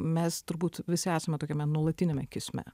mes turbūt visi esame tokiame nuolatiniame kisme